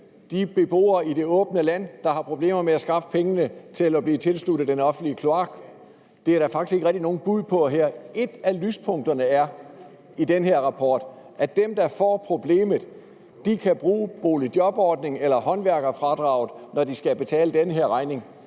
de beboere i det åbne land, der har problemer med at skaffe pengene til at blive tilsluttet den offentlige kloak. Det er der faktisk ikke rigtig nogen bud på her. Et af lyspunkterne i denne rapport er, at dem, der får problemet, kan bruge boligjobordningen eller håndværkerfradraget, når de skal betale den her regning.